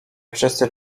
wszyscy